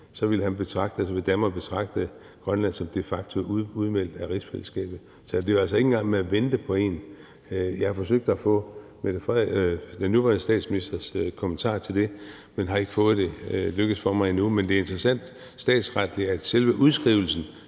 ville Danmark betragte Grønland som de facto udmeldt af rigsfællesskabet. Så det er altså ikke engang noget med at vente på en folkeafstemning. Jeg har forsøgt at få den nuværende statsministers kommentar til det, men det er ikke lykkedes for mig at få endnu. Men det er statsretligt interessant, at selve udskrivelsen